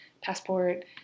passport